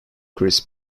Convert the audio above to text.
chris